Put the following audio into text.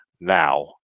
now